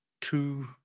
two